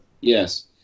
Yes